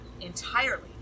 entirely